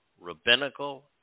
rabbinical